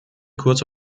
kurz